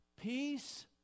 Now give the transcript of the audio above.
peace